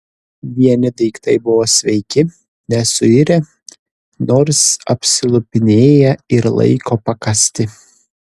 vieni daiktai buvo sveiki nesuirę nors apsilupinėję ir laiko pakąsti